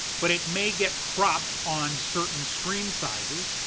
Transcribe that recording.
but it may get cropped on certain screen sizes.